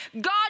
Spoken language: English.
God